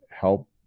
help